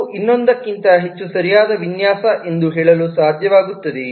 ಇದು ಇನ್ನೊಂದಕ್ಕಿಂತ ಹೆಚ್ಚು ಸರಿಯಾದ ವಿನ್ಯಾಸ ಎಂದು ಹೇಳಲು ಸಾಧ್ಯವಾಗುತ್ತದೆ